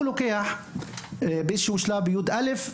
הוא לוקח באיזה שהוא שלב בכיתה י״א,